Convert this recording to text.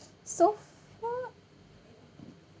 so far